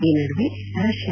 ಈ ನಡುವೆ ರಷ್ಯ